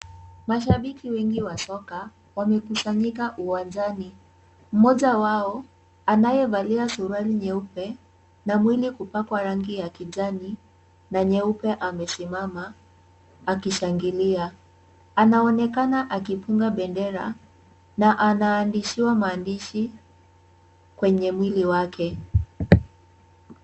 Mashabiki wengi wa soka wamekusanyika uwanjani. Mmoja wao anayevalia suruali nyeupe na mwili kupakwa rangi ya kijani na nyeupe amesimama akishangilia. Anaonekana akipunga bendera na anaandikiwa maandishi kwenye mwili wake.